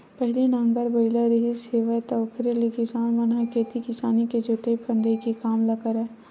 पहिली नांगर बइला रिहिस हेवय त ओखरे ले किसान मन ह खेती किसानी के जोंतई फंदई के काम ल करय